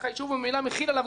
ממילא מחיל עליו את החוק,